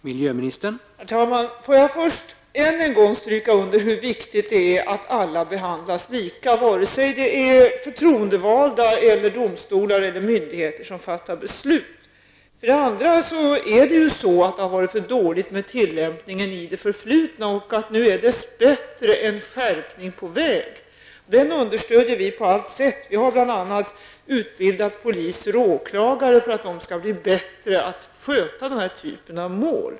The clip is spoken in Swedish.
Herr talman! Låt mig först än en gång stryka under hur viktigt det är att alla behandlas lika, vare sig det är förtroendevalda, domstolar eller myndigheter som fattar beslut. Det är vidare så att det har varit dåligt med tillämpningen i det förflutna, men nu är dess bättre en skärpning på väg, och den understödjer vi på allt sätt. Vi har bl.a. utbildat poliser och åklagare för att de skall bli bättre på att sköta den här typen av mål.